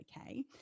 okay